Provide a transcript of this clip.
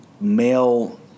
male